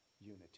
unity